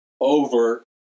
over